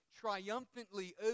triumphantly